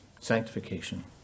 sanctification